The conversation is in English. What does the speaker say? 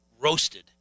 roasted